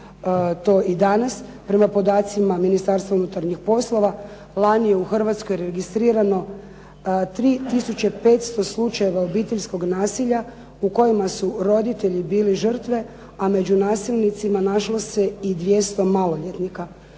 to i danas. Prema podacima Ministarstva unutarnjih poslova, lani je u Hrvatskoj registrirano 3 tisuće 500 slučajeva obiteljskog nasilja u kojima su roditelji bili žrtve, a među nasilnicima našlo se i 200 maloljetnika.